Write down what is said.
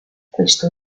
questo